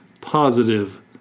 positive